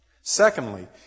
Secondly